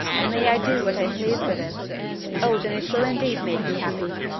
and may i do what i please with it oh, then it will indeed make me happy.